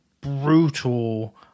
brutal